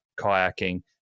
kayaking